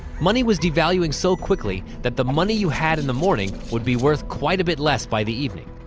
money was devaluing so quickly that the money you had in the morning would be worth quite a bit less by the evening.